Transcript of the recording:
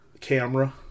Camera